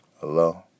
Hello